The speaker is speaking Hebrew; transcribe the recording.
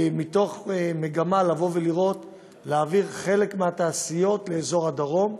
במגמה להעביר חלק מהתעשיות לאזור הדרום.